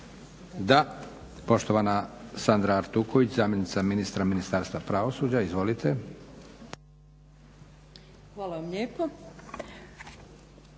Da. Poštovana Sandra Artuković Kunšt, zamjenica ministra Ministarstva pravosuđa. Izvolite. **Artuković